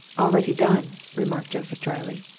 already done, remarked joseph drily.